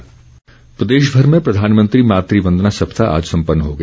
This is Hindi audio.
मात्रवंदना प्रदेशभर में प्रधानमंत्री मातृवंदना सप्ताह आज संपन्न हो गया